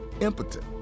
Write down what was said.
impotent